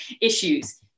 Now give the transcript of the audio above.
issues